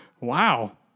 Wow